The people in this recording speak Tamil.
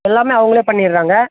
எல்லாமே அவங்களே பண்ணிவிடுறாங்க